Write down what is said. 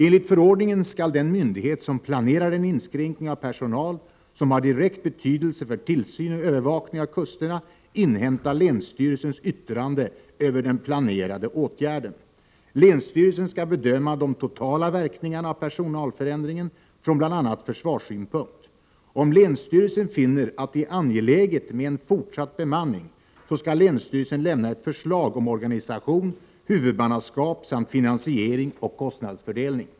Enligt förordningen skall den myndighet som planerar en inskränkning av personal som har direkt betydelse för tillsyn och övervakning av kusterna inhämta länsstyrelsens yttrande över den planerade åtgärden. Länsstyrelsen skall bedöma de totala verkningarna av personalförändringen från bl.a. försvarssynpunkt. Om länsstyrelsen finner att det är angeläget med en fortsatt bemanning, skall länsstyrelsen lämna ett förslag om organisation, huvudmannaskap samt finansiering och kostnadsfördelning.